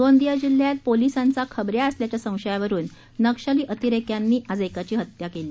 गोंदिया जिल्ह्यात पोलिसांचा खबऱ्या असल्याच्या संशयावरुन नक्षली अतिरेक्यांनी एकाची हत्या केली